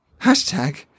Hashtag